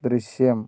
ദൃശ്യം